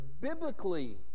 biblically